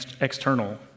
external